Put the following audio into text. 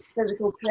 physical